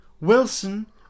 wilson